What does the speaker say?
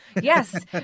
Yes